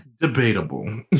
Debatable